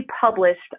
published